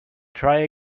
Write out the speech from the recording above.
try